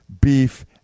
beef